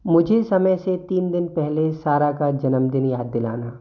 मुझे समय से तीन दिन पहले सारा का जन्मदिन याद दिलाना